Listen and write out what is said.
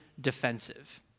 defensive